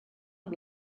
amb